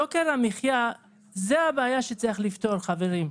יוקר המחיה זו הבעיה שצריך לפתור, חברים.